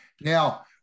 Now